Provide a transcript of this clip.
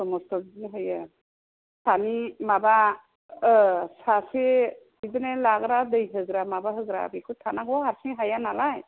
कस्त' मस्त' बिदिनो होयो सानै माबा सासे बिदिनो लाग्रा दै होग्रा माबा होग्रा बेखौ थानांगौ हारसिं हायानालाय